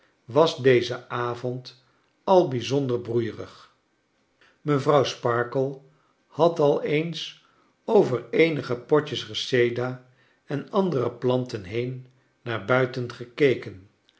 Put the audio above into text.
was dezen avond al brjzonder broeierig mevrouw sparkler had al eens over eenige potjes reseda en andere planten heen tnaar buiten gekeken